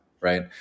right